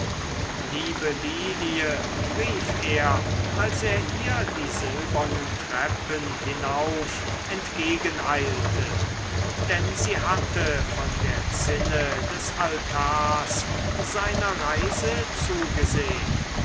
liebe lilie rief er als er ihr die silbernen treppen hinauf entgegeneilte denn sie hatte von der zinne des altars seiner reise zugesehn